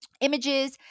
images